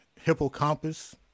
hippocampus